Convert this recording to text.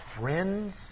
friends